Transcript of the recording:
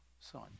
son